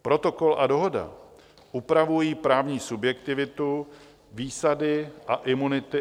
Protokol a Dohoda upravují právní subjektivitu, výsady a imunity EUTELSAT.